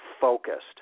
focused